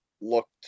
looked